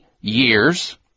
years